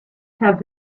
have